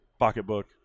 pocketbook